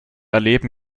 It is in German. erleben